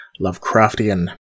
Lovecraftian